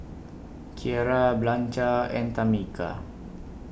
Kiera Blanca and Tamica